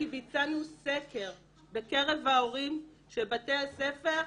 כי ביצענו סקר בקרב ההורים של בית הספר,